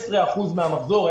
16% מהמחזור.